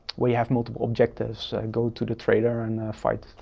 where you have multiple objectives. go to the trailer and fight,